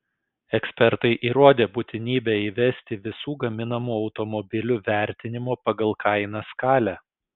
ekspertai įrodė būtinybę įvesti visų gaminamų automobilių vertinimo pagal kainą skalę